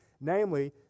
namely